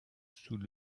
sous